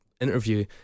interview